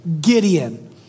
Gideon